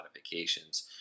modifications